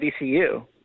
VCU